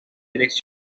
dirección